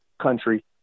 country